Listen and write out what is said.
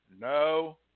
no